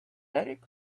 eric